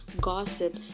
gossip